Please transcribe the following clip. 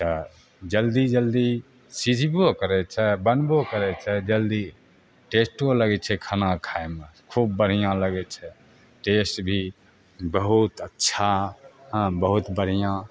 तऽ जल्दी जल्दी सिझबो करै छै आओर बनबो करै छै जल्दी टेस्टो लगै छै खाना खाइमे खूब बढ़िआँ लगै छै टेस्ट भी बहुत अच्छा हँ बहुत बढ़िआँ